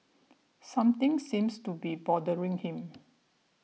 something seems to be bothering him